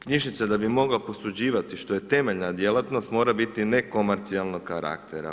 Knjižnica da bi mogla posuđivati što je temeljna djelatnost mora biti nekomercijalnog karaktera.